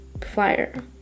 flyer